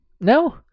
No